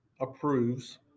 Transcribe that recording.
approves